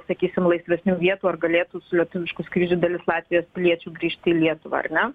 sakysim laisvesnių vietų ar galėtų su lietuviškų skrydžių dalis latvijos piliečių grįžt į lietuvą ar ne